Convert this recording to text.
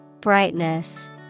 Brightness